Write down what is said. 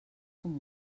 com